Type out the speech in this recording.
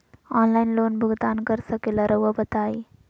Online loan भुगतान कर सकेला राउआ बताई?